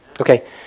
Okay